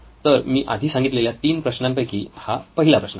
तर मी आधी सांगितलेल्या तीन प्रश्नांपैकी हा पहिला प्रश्न आहे